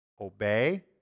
obey